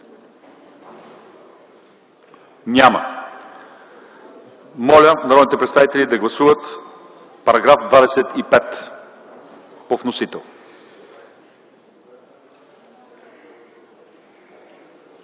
Няма. Моля народните представители да гласуват § 25 по вносител.